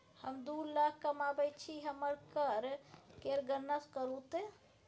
हम दू लाख कमाबैत छी हमर कर केर गणना करू ते